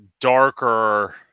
darker